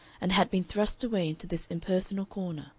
and had been thrust away into this impersonal corner,